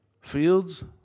Fields